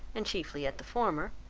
and chiefly at the former,